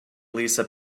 lisa